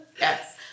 yes